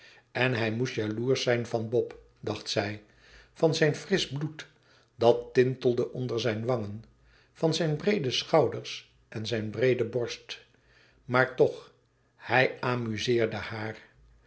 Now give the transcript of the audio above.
en hij moest jaloersch zijn van bob dacht zij van zijn frisch bloed dat tintelde onder zijn wangen van zijn breede schouders en zijn breede borst maar toch hij amuzeerde haar